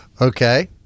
Okay